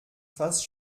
fast